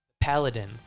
Paladin